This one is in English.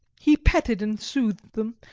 he petted and soothed them,